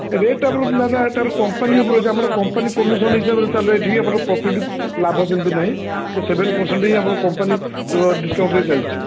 rate ଆମର ତାର company ଉପରେ ଅଛି ଆମର କମ୍ପାନୀ କମିଶନ ହିସାବରେ ଚାଲେ ଏଠି ଆମର ପ୍ରଫିଟ୍ ଲାଭ ସେମତି ନାଇଁ ସେଭେନ୍ ପରସେଣ୍ଟ ହିଁ କମ୍ପାନୀର ଡିସ୍କାଉଣ୍ଟରେ ଚାଲିଛି